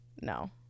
No